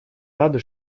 рады